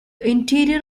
interior